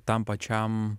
tam pačiam